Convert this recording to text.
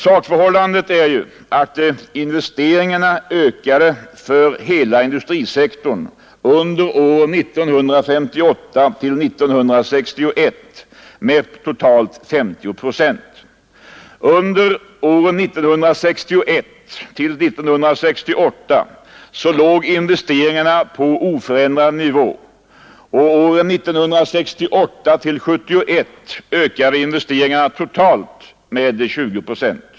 Sakförhållandet är att investeringarna ökade för hela industrisektorn under åren 1958-1961 med totalt 50 procent, under åren 1961—1968 låg investeringarna på oförändrad nivå och åren 1968-1971 ökade investeringarna totalt med 20 procent.